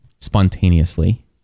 spontaneously